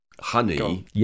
honey